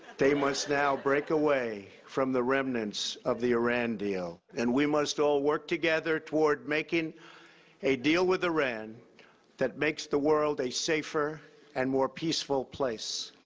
they must now break away from the remnants of the iran deal, and we must all work together toward making a deal with iran that makes the world a safer and more peaceful place.